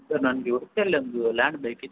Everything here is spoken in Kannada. ಸರ್ ನನಗೆ ಉಡ್ಪಿಯಲ್ಲಿ ಒಂದು ಲ್ಯಾಂಡ್ ಬೇಕಿತ್ತು